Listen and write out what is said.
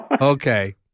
Okay